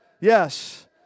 yes